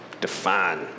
define